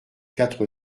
quatre